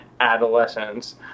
adolescence